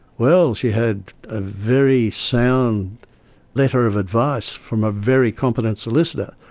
well, she had a very sound letter of advice from a very competent solicitor,